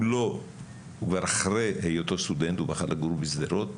הוא כבר אחרי היותו סטודנט ובחר לגור בשדרות.